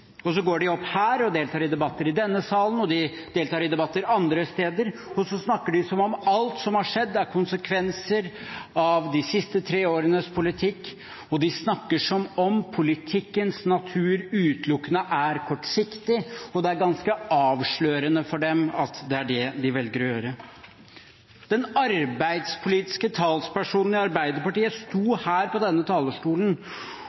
og så går de opp her og deltar i debatter i denne salen, og de deltar i debatter andre steder, og snakker som om alt som har skjedd, er konsekvenser av de siste tre årenes politikk, og de snakker som om politikkens natur utelukkende er kortsiktig. Det er ganske avslørende for dem at det er det de velger å gjøre. Den arbeidspolitiske talspersonen i Arbeiderpartiet